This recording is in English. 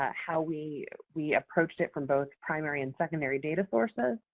ah how we we approached it from both primary and secondary data sources,